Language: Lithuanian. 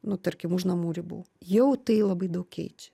nu tarkim už namų ribų jau tai labai daug keičia